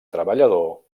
treballador